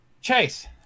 Chase